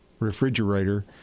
Refrigerator